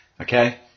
okay